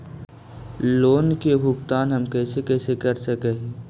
Loan के भुगतान हम कैसे कैसे कर सक हिय?